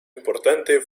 importante